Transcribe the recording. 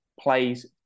plays